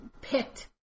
picked